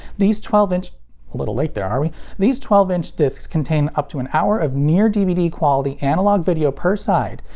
these twelve inch a little late there, are we these twelve inch discs contain up to an hour of near-dvd quality analog video per side,